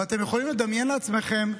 ואתם יכולים לדמיין לעצמכם,